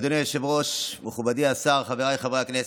אדוני היושב-ראש, מכובדי השר, חבריי חברי הכנסת,